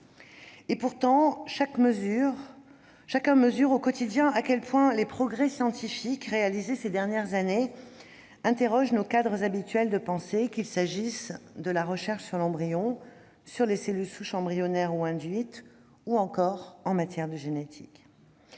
Pourtant, chacun mesure au quotidien à quel point les progrès scientifiques réalisés ces dernières années interrogent nos cadres habituels de pensée, qu'il s'agisse de la recherche sur l'embryon, sur les cellules souches embryonnaires ou induites, ou en matière génétique.